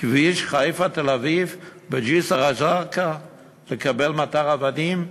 כביש חיפה תל-אביב, בג'סר-א-זרקא לקבל מטר אבנים?